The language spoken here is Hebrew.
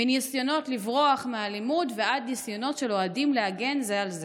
מניסיונות לברוח מהאלימות ועד ניסיונות של אוהדים להגן זה על זה.